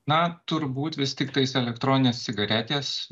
na turbūt vis tiktais elektroninės cigaretės